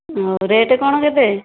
ଆଉ ରେଟ୍ କ'ଣ କେତେ